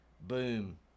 boom